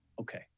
okay